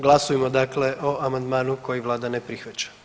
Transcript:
Glasujemo dakle o amandmanu koji Vlada ne prihvaća.